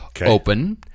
open